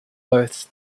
both